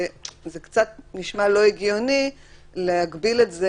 וזה קצת נשמע לא הגיוני להגביל את זה.